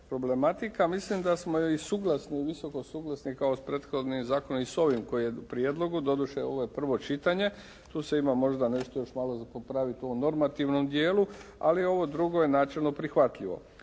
problematika. Mislim da smo joj i suglasni, visoko suglasni kao s prethodnim zakonom i s ovim koji je u prijedlogu. Doduše ovo je prvo čitanje. Tu se ima možda nešto još malo za popraviti u ovom normativnom dijelu, ali ovo drugo je načelno prihvatljivo.